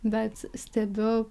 bet stebiu